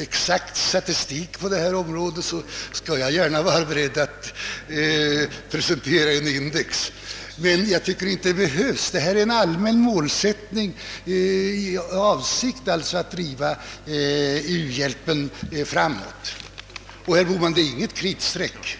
exakt statistik på detta område är jag beredd att presentera ett index, men jag tycker inte att det behövs. Regeln är en allmän målsättning i avsikt att driva u-hjälpen framåt, och, herr Bohman, den representerar inget kritstreck.